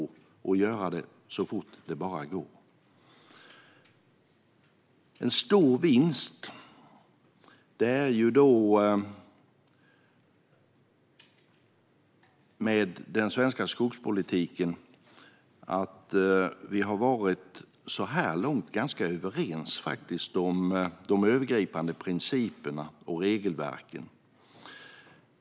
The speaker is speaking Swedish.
En stor vinst med den svenska skogspolitiken är att vi så här långt faktiskt har varit ganska överens om de övergripande principerna och regelverken.